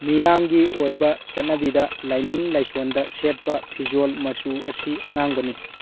ꯃꯤꯌꯥꯝꯒꯤ ꯑꯣꯏꯕ ꯆꯠꯅꯕꯤꯗ ꯂꯥꯏꯅꯤꯡ ꯂꯥꯏꯁꯣꯟꯗ ꯁꯦꯠꯄ ꯐꯤꯖꯣꯜ ꯃꯆꯨ ꯑꯁꯤ ꯑꯉꯥꯡꯕꯅꯤ